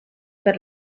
per